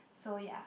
so ya